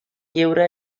lleure